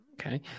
Okay